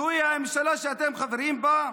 זו הממשלה שאתם חברים בה?